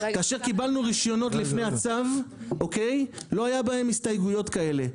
כאשר קיבלנו רישיונות לפני הצו לא היה בהם הסתייגויות כאלה,